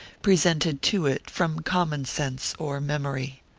presented to it from common sense or memory.